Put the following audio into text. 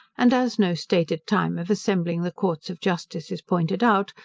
and as no stated time of assembling the courts of justice is pointed out,